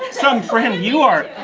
some friend you are.